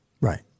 Right